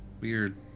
weird